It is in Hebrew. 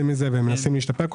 הם מנסים להשתפר,